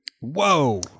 Whoa